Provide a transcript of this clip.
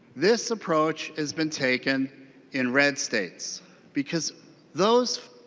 this approach has been taken in red states because those